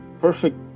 perfect